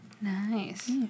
Nice